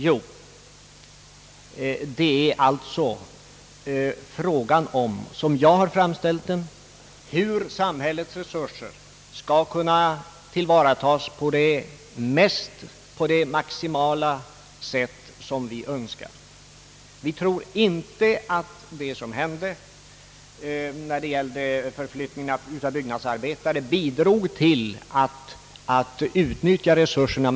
Jo, hur samhällets resurser skall kunna tillvaratas på ett sätt som ger maximal effekt. Vi tror inte att förflyttningen av byggnadsarbetare bidrog till ett maximalt utnyttjande av resurserna.